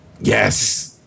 Yes